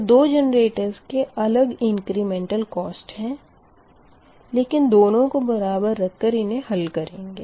तो 2 जेनरेटर्स के अलग इंक्रिमेटल कोस्ट है लेकिन दोनो को बराबर रख कर इन्हें हल करेंगे